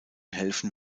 helfen